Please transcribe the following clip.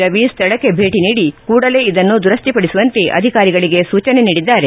ರವಿ ಸ್ವಳಕ್ಕೆ ಭೇಟಿ ನೀಡಿ ಕೂಡಲೇ ಇದನ್ನು ದುರಸ್ತಿಪಡಿಸುವಂತೆ ಅಧಿಕಾರಿಗಳಿಗೆ ಸೂಚನೆ ನೀಡಿದ್ದಾರೆ